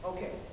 Okay